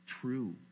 True